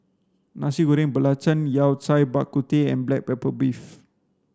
nasi goreng belacan yao cai bak kut teh and black pepper beef